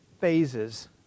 phases